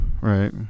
Right